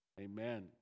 Amen